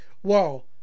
Whoa